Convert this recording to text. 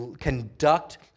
conduct